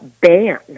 ban